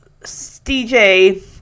DJ